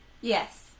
Yes